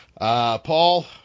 Paul